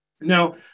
Now